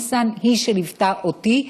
ניסן, היא שניווטה אותי,